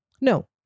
No